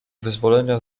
wyzwolenia